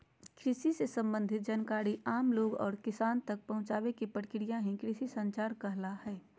कृषि से सम्बंधित जानकारी आम लोग और किसान तक पहुंचावे के प्रक्रिया ही कृषि संचार कहला हय